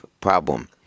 problem